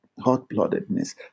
hot-bloodedness